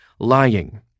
lying